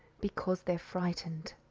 because they're frightened,